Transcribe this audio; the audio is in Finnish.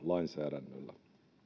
lainsäädännöllä